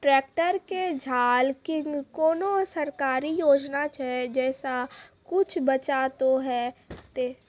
Tractor के झाल किंग कोनो सरकारी योजना छ जैसा कुछ बचा तो है ते?